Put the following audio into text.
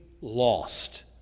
lost